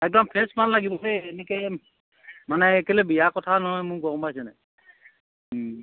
একদম ফ্ৰেছ মাল লাগিব সেই এনেকৈ মানে কেলৈ বিয়া কথা নহয় মোৰ গম পাইছে নাই